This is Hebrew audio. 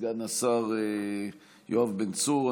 סגן השר יואב בן צור,